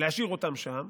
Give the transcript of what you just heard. להשאיר אותם שם,